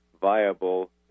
viable